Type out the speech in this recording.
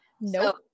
Nope